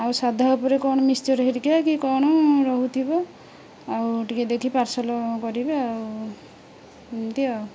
ଆଉ ସାଧା ଉପରେ କ'ଣ ମିକ୍ସଚର୍ ହେରିକା କି କଣ ରହୁଥିବ ଆଉ ଟିକେ ଦେଖି ପାର୍ସଲ କରିବେ ଆଉ ଏମିତି ଆଉ